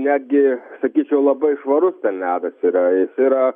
netgi sakyčiau labai švarus ten ledas yra tai yra